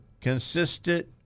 consistent